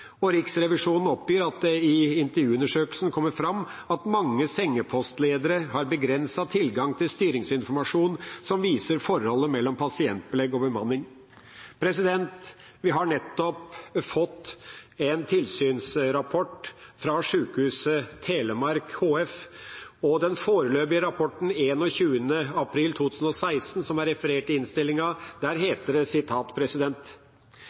Riksrevisjonen oppgir at det i intervjuundersøkelsen kommer fram at mange sengepostledere har begrenset tilgang til styringsinformasjon som viser forholdet mellom pasientbelegg og bemanning. Vi har nettopp fått en tilsynsrapport fra Sykehuset Telemark HF, og i den foreløpige rapporten av 21. april 2016, som er referert i innstillinga,